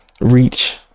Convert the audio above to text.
reach